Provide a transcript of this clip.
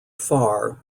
farr